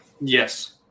Yes